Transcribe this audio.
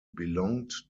belonged